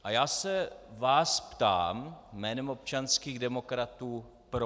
A já se vás ptám jménem občanských demokratů proč?